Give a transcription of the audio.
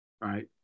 right